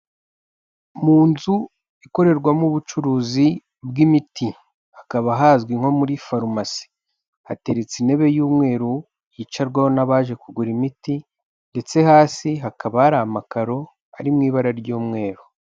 Mu nzu ikorerwamo ubucuruzi bw'imiti m, hakaba hazwi nko muri farumasi, hateretse intebe y'umweru hicarwaho n'abaje kugura imiti ndetse hasi hakaba hari amakaro ari mu ibara ry'umweru.